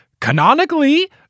canonically